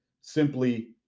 simply